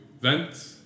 vent